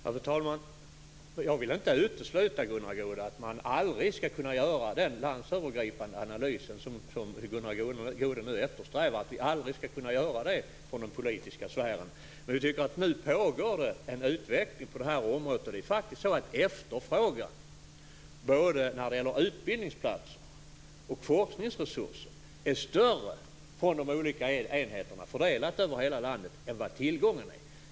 Fru talman! Jag vill inte utesluta, Gunnar Goude, att man aldrig från den politiska sfären skall kunna göra den landsövergripande analys som Gunnar Goude eftersträvar. Nu pågår det en utveckling på det här området. Efterfrågan när det gäller både utbildningsplatser och forskningsresurser är faktiskt större från de olika enheterna fördelat över hela landet än vad tillgången är.